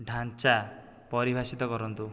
ଢାଞ୍ଚା ପରିଭାଷିତ କରନ୍ତୁ